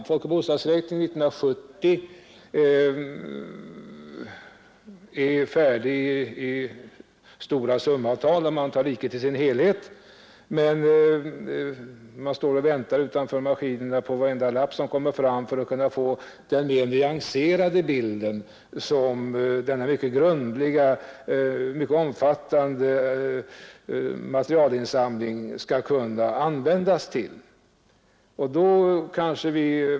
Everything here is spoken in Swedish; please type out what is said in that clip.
Folkoch bostadsräkningen 1970 är färdig i stora drag för riket i dess helhet, men man står och väntar utanför maskinerna på varenda lapp som kommer fram för att kunna få den mer nyanserade bild som denna mycket grundliga och omfattande materialinsamling skall kunna ge.